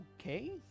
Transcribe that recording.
Okay